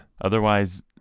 Otherwise